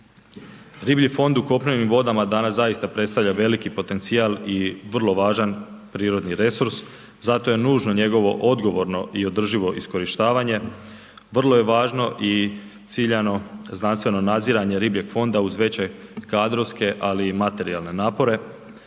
Riblji fond u kopnenim vodama danas zaista predstavlja veliki potencijal i vrlo važan prirodni resurs zato je nužno njegovo odgovorno i održivo iskorištavanje, vrlo je važno i ciljano znanstveno nadziranje ribljeg fonda uz veće kadrovske, ali i materijalne napore